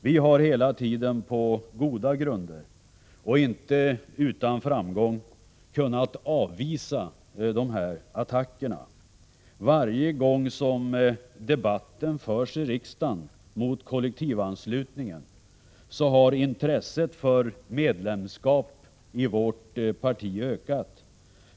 Vi har hela tiden på goda grunder och inte utan framgång kunnat avvisa de här attackerna. Varje gång som debatten om kollektivanslutning förts i riksdagen har intresset för medlemskap i vårt parti ökat.